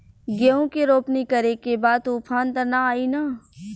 गेहूं के रोपनी करे के बा तूफान त ना आई न?